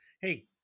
hey